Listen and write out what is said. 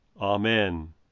Amen